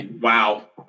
Wow